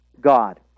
God